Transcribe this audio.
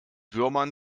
würmern